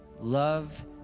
love